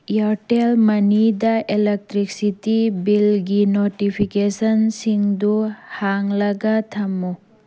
ꯑꯦꯔꯇꯦꯜ ꯃꯅꯤꯗ ꯑꯦꯂꯦꯛꯇ꯭ꯔꯤꯁꯤꯇꯤ ꯕꯤꯜꯒꯤ ꯅꯣꯇꯤꯐꯤꯀꯦꯁꯟꯁꯤꯡꯗꯨ ꯍꯥꯡꯂꯒ ꯊꯝꯃꯨ